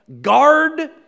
Guard